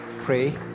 pray